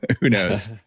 who knows?